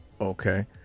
Okay